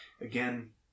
again